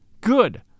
Good